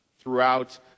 throughout